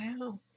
wow